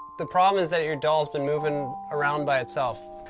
the problem is that your doll's been moving around by itself?